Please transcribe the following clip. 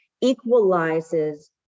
equalizes